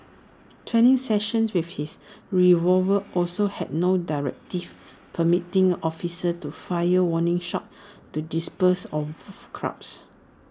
training sessions with his revolver also had no directive permitting officers to fire warning shots to disperse of crowds